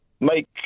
make